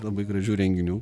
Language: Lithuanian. labai gražių renginių